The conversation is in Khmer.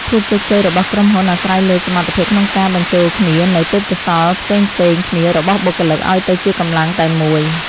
ភាពជោគជ័យរបស់ក្រុមហ៊ុនអាស្រ័យលើសមត្ថភាពក្នុងការបញ្ចូលគ្នានូវទេពកោសល្យផ្សេងៗគ្នារបស់បុគ្គលិកឱ្យទៅជាកម្លាំងតែមួយ។